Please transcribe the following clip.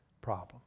problem